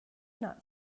not